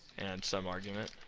and some argument